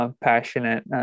passionate